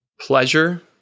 pleasure